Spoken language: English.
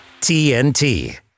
TNT